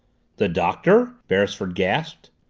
the doctor! beresford gasped.